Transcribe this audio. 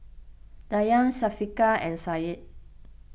Dayang Syafiqah and Syed